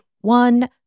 one